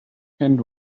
and